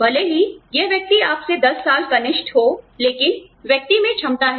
भले ही यह व्यक्ति आप से 10 साल कनिष्ठ हो लेकिन व्यक्ति में क्षमता है